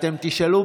אתם תשאלו,